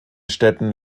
städten